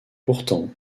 pourtant